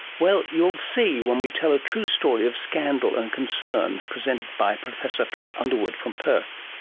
well, you'll see when we tell a true story of scandal and concern, presented by professor peter underwood from perth.